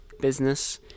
business